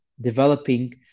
developing